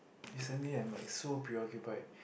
recently I am like so preoccupied